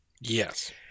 yes